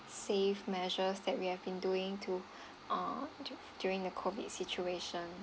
safe measures that we have been doing to uh during the COVID situation